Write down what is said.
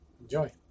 Enjoy